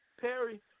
Perry